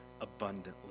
abundantly